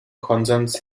konsens